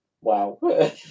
Wow